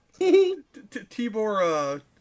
Tibor